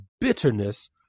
bitterness